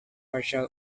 partial